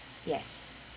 yes